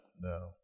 No